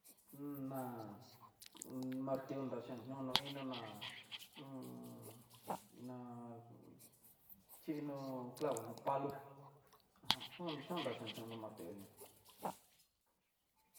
Un ná martillo nraxhi niono inó ná h na xhino, clavo no palo uj xhionda martillo ñó.